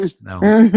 No